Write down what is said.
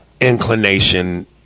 inclination